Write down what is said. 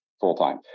full-time